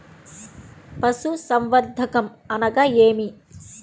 పశుసంవర్ధకం అనగా ఏమి?